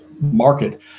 market